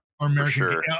American